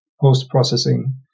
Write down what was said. post-processing